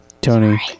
Tony